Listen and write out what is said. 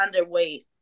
underweight